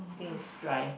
think it's dry